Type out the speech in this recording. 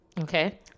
Okay